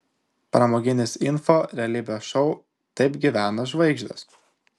pramoginis info realybės šou taip gyvena žvaigždės